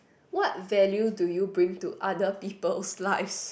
what value do you bring to other peoples lives